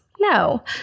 no